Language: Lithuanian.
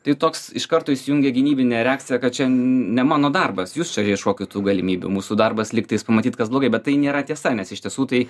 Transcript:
tai toks iš karto įsijungia gynybinė reakcija kad čia n ne mano darbas jūs čia ieškokit tų galimybių mūsų darbas lygtais pamatyt kas blogai bet tai nėra tiesa nes iš tiesų tai